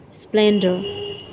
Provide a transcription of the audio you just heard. splendor